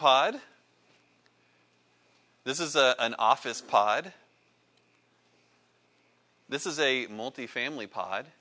pod this is a an office pod this is a multi family pod